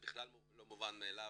זה בכלל לא מובן מאליו.